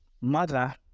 mother